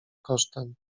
kosztem